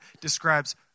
describes